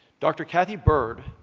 dr. kathy byrd,